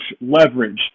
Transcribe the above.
leverage